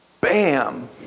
Bam